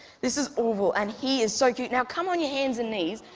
this is orville, and he is so cute. now come on your hands and knees,